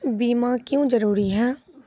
बीमा क्यों जरूरी हैं?